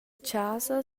chasa